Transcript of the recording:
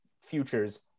futures